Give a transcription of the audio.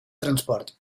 transport